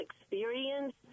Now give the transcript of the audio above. experience